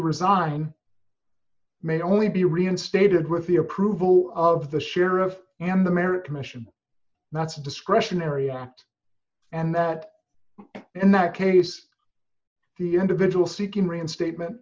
resign may only be reinstated with the approval of the sheriff and the marriage commission that's a discretionary act and that in that case the individual seeking reinstate